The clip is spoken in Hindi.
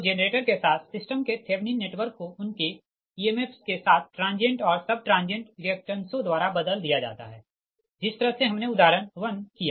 तो जेनरेटर के साथ सिस्टम के थेवनिन नेटवर्क को उनके emfs इएमएफ्स के साथ ट्रांजिएंट और सब ट्रांजिएंट रिएक्टेंसो द्वारा बदल दिया जाता है जिस तरह से हमने उदाहरण 1 किया